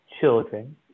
children